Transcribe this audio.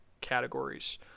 categories